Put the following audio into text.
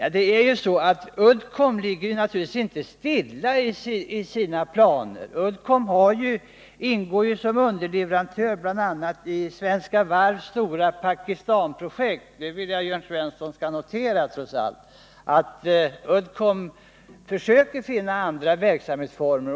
Uddcomb ligger naturligtvis inte stilla i sina planer; bl.a. ingår det som underleverantör i Svenska Varvs stora Pakistanprojekt. Jörn Svensson skall trots allt notera att Uddcomb försöker finna andra verksamhetsformer.